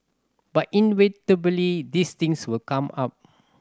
but inevitably these things will come up